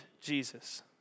Jesus